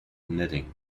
knitting